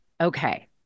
Okay